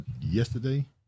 yesterday